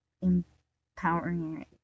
empowering